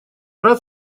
рад